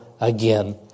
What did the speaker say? again